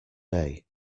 day